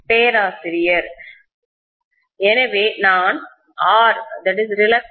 பேராசிரியர் எனவே நான் RlμA